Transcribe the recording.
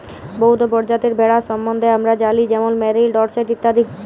বহুত পরজাতির ভেড়ার সম্বল্ধে আমরা জালি যেমল মেরিল, ডরসেট ইত্যাদি